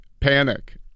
panic